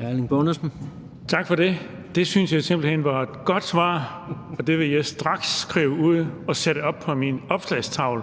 Erling Bonnesen (V): Tak for det. Det synes jeg simpelt hen var et godt svar, og det vil jeg straks skrive ud og sætte op på min opslagstavle.